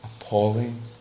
appalling